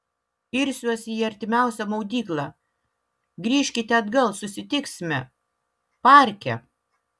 irsiuosi į artimiausią maudyklą grįžkite atgal susitiksime parke